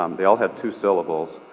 um they all have two syllables.